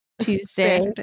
Tuesday